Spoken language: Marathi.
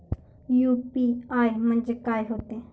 यू.पी.आय म्हणजे का होते?